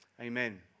Amen